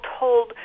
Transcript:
told